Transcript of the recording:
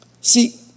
See